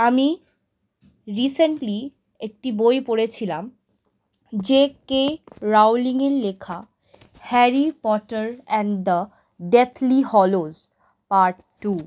আমি রিসেন্টলি একটি বই পড়েছিলাম জে কে রাউলিংয়ের লেখা Harry Potter and the Deathly Hallows part two